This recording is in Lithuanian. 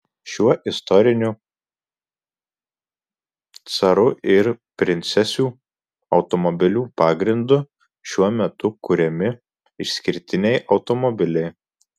šiuo istoriniu carų ir princesių automobilių pagrindu šiuo metu kuriami išskirtiniai automobiliai